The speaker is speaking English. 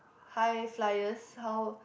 high flyers how